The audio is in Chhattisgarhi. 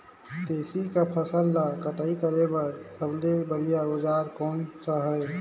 तेसी के फसल ला कटाई करे बार सबले बढ़िया औजार कोन सा हे?